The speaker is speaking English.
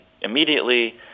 immediately